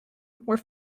were